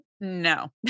no